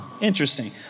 interesting